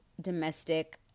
Domestic